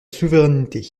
souveraineté